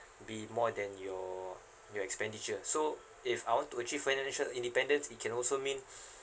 be more than your your expenditure so if I want to achieve financial independence it can also mean